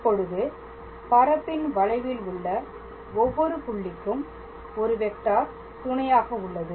இப்பொழுது பரப்பின் வளைவில் உள்ள ஒவ்வொரு புள்ளிக்கும் ஒரு வெக்டார் துணையாக உள்ளது